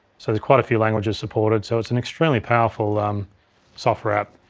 so there's quite a few languages supported. so it's an extremely powerful um software app.